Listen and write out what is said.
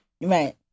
Right